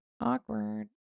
awkward